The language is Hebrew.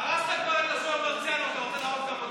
הרסת כבר את, מרציאנו, אתה רוצה להרוס גם אותי?